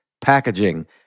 packaging